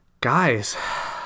Guys